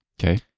Okay